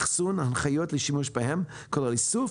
אחסון והנחיות לשימוש בהם כולל איסוף,